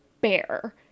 bear